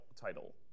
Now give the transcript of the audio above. title